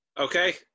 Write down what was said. Okay